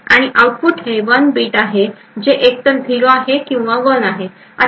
आणि आउटपुट हे one bit आहे जे एकतर 0 किंवा 1 आहे